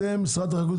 אתם, משרד החקלאות,